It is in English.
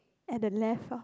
at the left ah